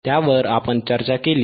त्यावर आपण चर्चा केली